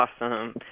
Awesome